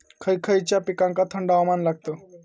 खय खयच्या पिकांका थंड हवामान लागतं?